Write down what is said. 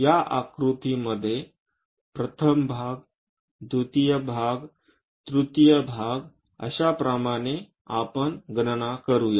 या आकृतीमध्ये प्रथम भाग द्वितीय तृतीय भागांप्रमाणे आपण गणना करूया